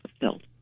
fulfilled